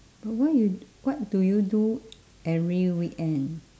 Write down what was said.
but why you what do you do every weekend